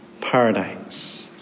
paradise